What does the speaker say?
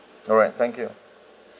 alright thank you